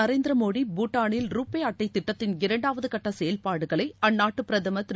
நரேந்திர மோடி பூட்டாளில் ரூபே அட்டைத் திட்டத்தின் இரண்டாவது கட்ட செயல்பாடுகளை அந்நாட்டு பிரதமர் திரு